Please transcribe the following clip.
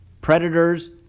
Predators